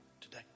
today